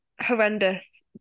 horrendous